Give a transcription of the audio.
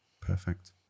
perfect